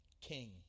king